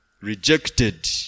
rejected